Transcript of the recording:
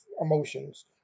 emotions